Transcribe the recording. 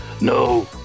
no